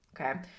okay